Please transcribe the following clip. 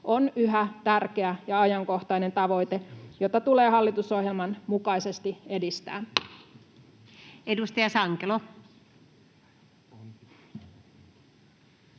on yhä tärkeä ja ajankohtainen tavoite, jota tulee hallitusohjelman mukaisesti edistää. Edustaja Sankelo.